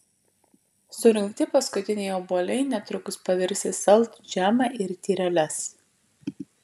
surinkti paskutiniai obuoliai netrukus pavirs į saldų džemą ir tyreles